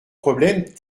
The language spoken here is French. problèmes